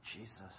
Jesus